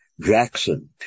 Jackson